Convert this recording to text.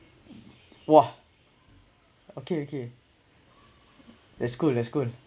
!wah! okay okay that's cool that's cool